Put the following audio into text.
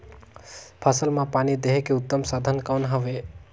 फसल मां पानी देहे के उत्तम साधन कौन हवे?